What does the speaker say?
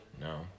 No